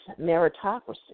meritocracy